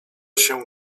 się